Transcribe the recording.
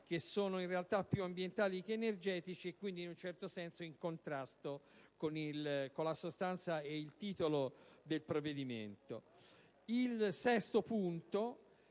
che sono, in realtà, più ambientali che energetici: quindi, in un certo senso, in contrasto con la sostanza e il titolo del provvedimento. Come sesto punto,